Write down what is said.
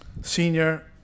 senior